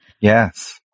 Yes